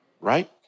right